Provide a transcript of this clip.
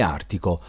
Artico